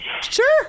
Sure